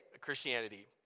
Christianity